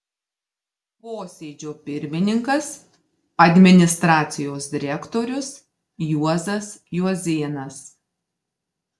posėdžio pirmininkas administracijos direktorius juozas juozėnas